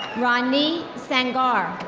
ranie sangar.